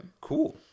Cool